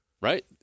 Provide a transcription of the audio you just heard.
Right